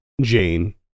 Jane